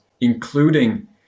including